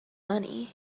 money